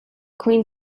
queen